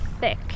thick